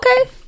okay